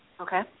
Okay